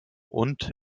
und